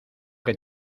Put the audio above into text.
que